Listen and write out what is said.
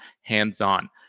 hands-on